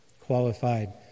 qualified